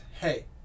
hey